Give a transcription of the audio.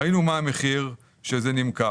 ראינו מה המחיר שהוא נמכר,